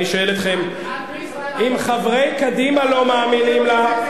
ואני שואל אתכם, אם חברי קדימה לא מאמינים לה,